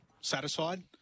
satisfied